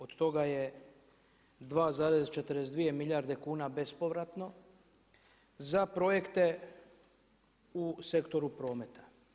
Od toga je 2,42 milijarde kuna bespovratno za projekte u sektoru prometa.